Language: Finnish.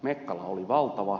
mekkala oli valtava